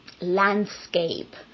landscape